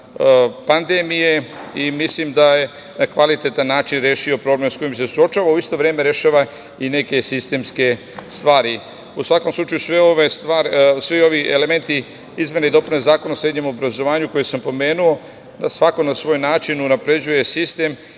pandemije. Mislim da je na kvalitetan način rešio problem sa kojim se suočava, a u isto vreme rešava i neke sistemske stvari.U svakom slučaju, svi ovi elementi, izmene i dopune Zakona o srednjem obrazovanju, koje sam pomenuo svaka na svoj način unapređuje sistem.